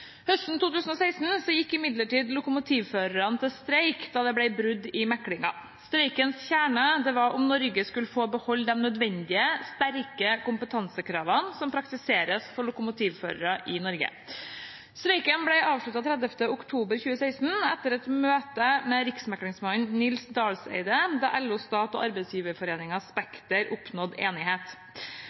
Høsten 2016 gikk imidlertid lokomotivførerne til streik da det ble brudd i meklingen. Streikens kjerne var om Norge skulle få beholde de nødvendige, sterke kompetansekravene som praktiseres for lokomotivførere i Norge. Streiken ble avsluttet 30. oktober 2016 etter et møte med riksmeklingsmann Nils Dalseide da LO Stat og Arbeidsgiverforeningen Spekter oppnådde enighet.